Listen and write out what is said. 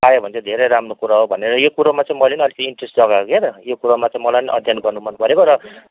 पायो भने चाहिँ धेरै राम्रो कुरा हो भनेर यो कुरोमा चाहिँ मैले पनि अलिकति इन्ट्रेस्ट जगाएको क्या त यो कुरोमा चाहिँ मलाई पनि अध्ययन गर्नु मनपरेको र